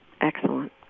Excellent